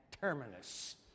terminus